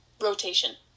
Rotation